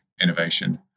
innovation